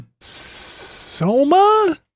Soma